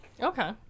Okay